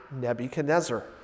Nebuchadnezzar